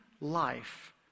life